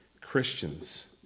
Christians